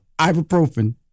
ibuprofen